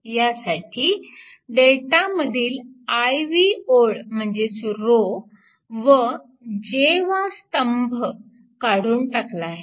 यासाठी Δ मधील i वी ओळ म्हणजेच रो व j वा स्तंभ काढून टाकला आहे